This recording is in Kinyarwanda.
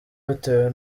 bitewe